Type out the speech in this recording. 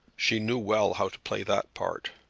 she knew well how to play that part.